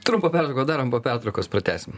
trumpą pertrauką darom po pertraukos pratęsim